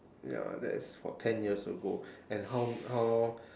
ya that is for ten years ago and how how